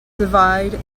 divide